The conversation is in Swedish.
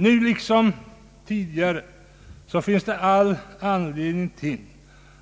Nu liksom tidigare finns all anledning